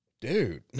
dude